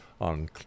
on